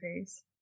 face